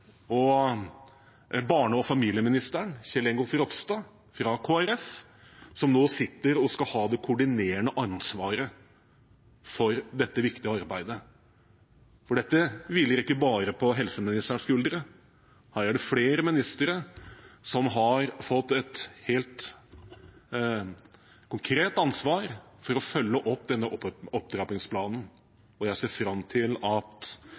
barne- og familieministeren, Kjell Ingolf Ropstad fra Kristelig Folkeparti, som nå sitter og skal ha det koordinerende ansvaret for dette viktige arbeidet. Dette hviler ikke bare på helseministerens skuldre. Det er flere statsråder som har fått et helt konkret ansvar for å følge opp denne opptrappingsplanen, og jeg ser fram til at